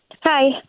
Hi